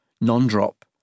Non-drop